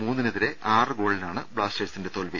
മൂന്നിന് എതിരെ ആറ് ഗോളിനാണ് ബ്ലാസ്റ്റേ ഴ്സിന്റെ തോൽവി